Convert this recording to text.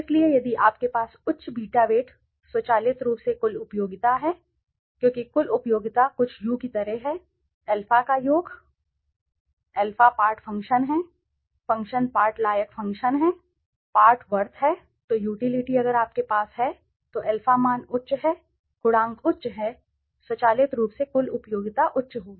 इसलिए यदि आपके पास उच्च बीटा वेट स्वचालित रूप से कुल उपयोगिता है क्योंकि कुल उपयोगिता कुछ यू की तरह है अल्फा का योग अल्फा पार्ट फंक्शन है फंक्शन पार्ट लायक फंक्शन है पार्ट वर्थ है तो यूटिलिटी अगर आपके पास है तो अल्फा मान उच्च हैं गुणांक उच्च हैं स्वचालित रूप से कुल उपयोगिता उच्च होगी